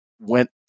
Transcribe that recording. went